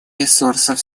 ресурсов